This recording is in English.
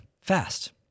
fast